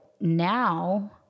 now